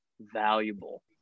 valuable